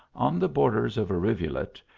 on the borders of a rivulet,